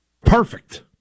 Perfect